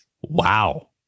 Wow